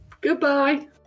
Goodbye